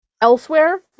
elsewhere